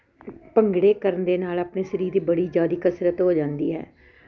ਭੰਗੜੇ ਕਰਨ ਦੇ ਨਾਲ ਆਪਣੇ ਸਰੀਰ ਦੀ ਬੜੀ ਜ਼ਿਆਦਾ ਕਸਰਤ ਹੋ ਜਾਂਦੀ ਹੈ